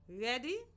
Ready